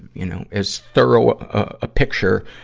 you know, as thorough a picture,